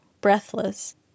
breathless